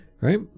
right